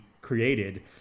created